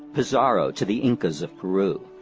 pizarro to the incas of peru,